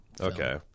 Okay